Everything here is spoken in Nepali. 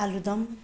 आलुदम